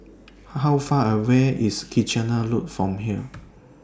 How Far away IS Kitchener Road from here